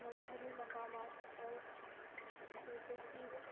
مذہبی مقامات پر جیسے کہ